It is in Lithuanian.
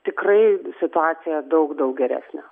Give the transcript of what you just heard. tikrai situacija daug daug geresnė